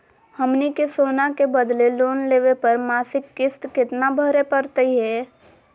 हमनी के सोना के बदले लोन लेवे पर मासिक किस्त केतना भरै परतही हे?